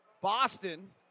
Boston